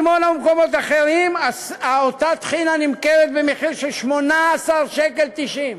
בדימונה ובמקומות אחרים אותה טחינה נמכרת במחיר של 18.90 שקלים.